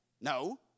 No